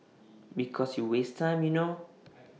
because you waste time you know